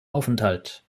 aufenthalt